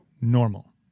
normal